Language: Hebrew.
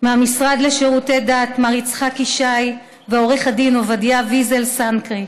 מהמשרד לשירותי דת מר יצחק ישי ועו"ד עובדיה ויזל סנקרי,